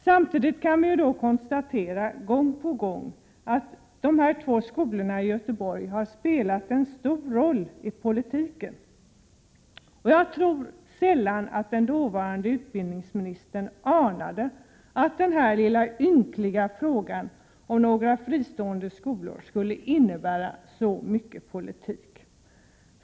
Samtidigt kan vi gång på gång konstatera att de här två skolorna i Göteborg har spelat en stor roll i politiken. Jag tror knappast att den dåvarande utbildningsministern anade att den här ynkliga frågan om några fristående skolor skulle innebära så mycket politik.